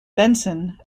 benson